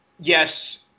Yes